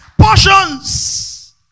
portions